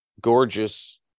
gorgeous